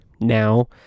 now